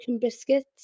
Biscuits